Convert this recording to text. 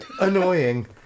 annoying